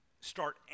start